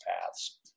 paths